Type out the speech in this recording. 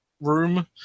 room